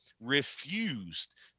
refused